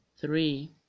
three